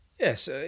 Yes